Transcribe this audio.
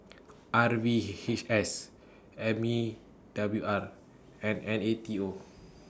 R V H S M E W R and N A T O